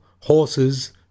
horses